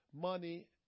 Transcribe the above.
money